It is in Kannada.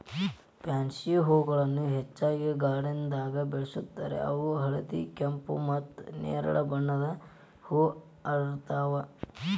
ಪ್ಯಾನ್ಸಿ ಹೂಗಳನ್ನ ಹೆಚ್ಚಾಗಿ ಗಾರ್ಡನ್ದಾಗ ಬೆಳೆಸ್ತಾರ ಇವು ಹಳದಿ, ಕೆಂಪು, ಮತ್ತ್ ನೆರಳಿ ಬಣ್ಣದ ಹೂ ಅರಳ್ತಾವ